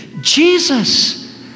Jesus